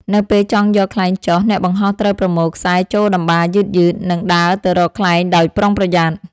នៅពេលចង់យកខ្លែងចុះ អ្នកបង្ហោះត្រូវប្រមូលខ្សែចូលតម្បារយឺតៗ និងដើរទៅរកខ្លែងដោយប្រុងប្រយ័ត្ន។